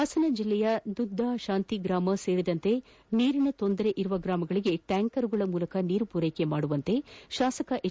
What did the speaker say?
ಹಾಸನ ಜಿಲ್ಲೆಯ ದುದ್ದ ಶಾಂತಿಗ್ರಾಮ ಸೇರಿದಂತೆ ನೀರಿನ ತೊಂದರೆ ಇರುವ ಗ್ರಾಮಗಳಿಗೆ ಟ್ಯಾಂಕರ್ಗಳ ಮೂಲಕ ನೀರು ಪೂರೈಕೆ ಮಾಡುವಂತೆ ಶಾಸಕ ಎಚ್